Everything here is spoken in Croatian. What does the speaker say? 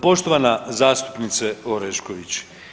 Poštovana zastupnice Orešković.